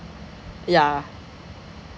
yeah